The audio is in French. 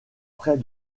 près